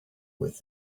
with